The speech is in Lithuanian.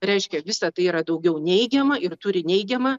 reiškia visa tai yra daugiau neigiama ir turi neigiamą